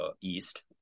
east